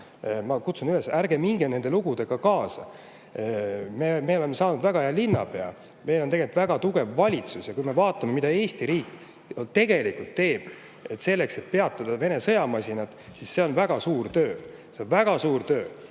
Ma kutsun üles, ärge minge nende lugudega kaasa. Me oleme saanud väga hea linnapea, meil on tegelikult väga tugev valitsus ja kui me vaatame, mida Eesti riik teeb selleks, et peatada Vene sõjamasinat, [siis näeme], et see on väga suur töö. See on väga suur töö!